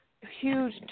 huge